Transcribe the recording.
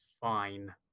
fine